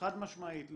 חד משמעית,